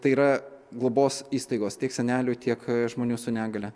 tai yra globos įstaigos tiek senelių tiek žmonių su negalia